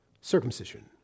circumcision